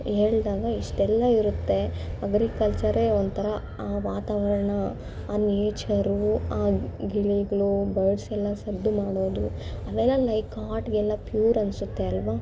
ಹೇಳಿದಾಗ ಇಷ್ಟೆಲ್ಲ ಇರುತ್ತೆ ಅಗ್ರಿಕಲ್ಚರೇ ಒಂಥರ ಆ ವಾತಾವರಣ ಆ ನೇಚರು ಆ ಗಿಳಿಗಳು ಬರ್ಡ್ಸೆಲ್ಲ ಸದ್ದು ಮಾಡೋದು ಅದೆಲ್ಲ ಲೈಕ್ ಹಾರ್ಟ್ಗೆಲ್ಲ ಪ್ಯೂರನ್ಸುತ್ತೆ ಅಲ್ವಾ